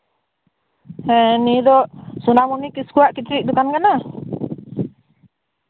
ᱦᱮᱸ ᱱᱤᱭᱟᱹ ᱫᱚ ᱥᱳᱱᱟᱢᱩᱱᱤ ᱠᱤᱥᱠᱩ ᱟᱜ ᱠᱤᱪᱨᱤᱪ ᱫᱳᱠᱟᱱ ᱠᱟᱱᱟ